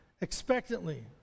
Expectantly